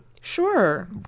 Sure